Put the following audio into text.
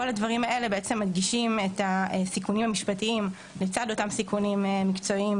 כל הדברים האלה מדגישים את הסיכונים המשפטיים לצד אותם סיכונים מקצועיים